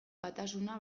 batasuna